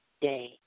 day